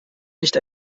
nicht